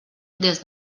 des